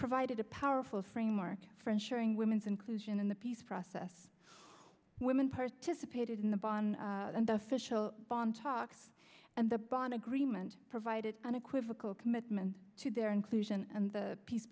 provided a powerful framework for ensuring women's inclusion in the peace process women participated in the bonn and official bond talks and the bond agreement provided unequivocal commitment to their inclusion and the peace